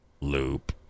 loop